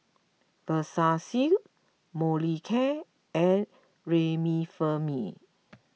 Vagisil Molicare and Remifemin